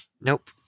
nope